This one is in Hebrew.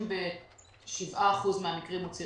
ב-97% מהמקרים.